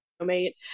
mate